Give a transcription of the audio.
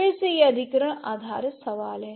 फिर से यह अधिग्रहण आधारित सवाल है